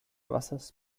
wassers